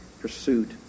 pursuit